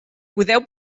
podeu